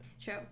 True